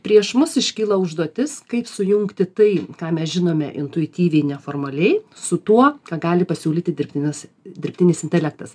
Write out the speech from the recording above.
prieš mus iškyla užduotis kaip sujungti tai ką mes žinome intuityviai neformaliai su tuo ką gali pasiūlyti dirbtinis dirbtinis intelektas